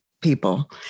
people